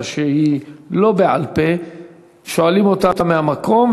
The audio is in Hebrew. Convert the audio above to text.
שהיא לא בעל-פה שואלים אותה מהמקום,